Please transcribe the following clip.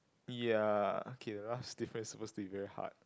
ya okay the last difference supposed to be very hard